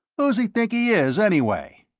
who's he think he is, anyway.